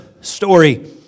story